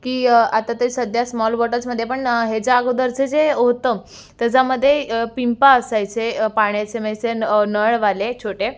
की आता ते सध्या स्मॉल बॉटल्समध्ये पण ह्याच्या अगोदरचे जे होतं त्याच्यामध्ये पिंप असायचे पाण्याचे मेसेन नळवाले छोटे